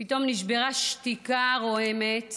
פתאום נשברה שתיקה רועמת